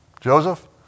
Joseph